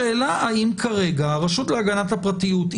השאלה האם כרגע הרשות להגנת הפרטיות,